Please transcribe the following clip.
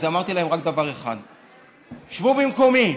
אז אמרתי להם רק דבר אחד: שבו במקומי,